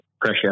pressure